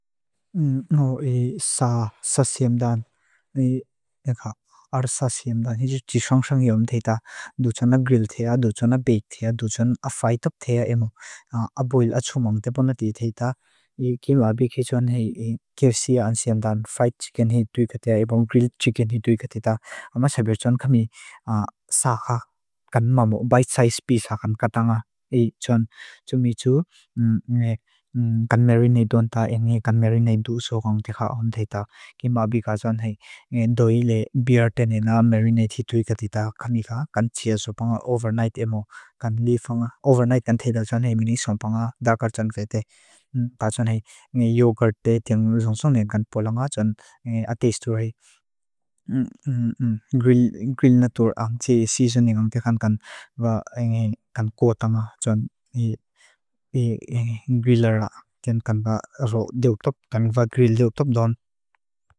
Nia kan til e inhen kan taksa hea efek yue emem ta hei kan tran len tsauna kan taksa e na mamo hei vitamin te, nutrient sangsang min provide tu hea enita. Tsuan tsu nga tsun e nge e taksa e na niti na amamo kan tsak na min petu hea nga balancedite hea apoy moda en tiwna hei thei ang chite. Tsu e thei thei tsuan e nge vegetable tsu me sangsang biktakin hei nalampang tsi leafy vegetable te. Tsuan fiber nga deo deo ang tsi hea vitamin mang te e oats te hea tsa ta e kan taksa hea en hea efek yuene tsa over ta tsuan protein nga nga tepoy hea sang te hea en kan taksa e kan taksa hea na mamo. Zia niti kan taksa e rina tranga enge maza percentage e enge kan taksa angay ta tsu ayane kakan kan physical te kan mental well being atam te hea na tsa ta kan shise tsuan. Kan taksa shise tsuan enge kan ngay tunate shise la hei hei kan taksa shise tsuan tsu lampang hea apoy moda ne.